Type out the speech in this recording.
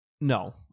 No